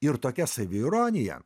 ir tokia saviironija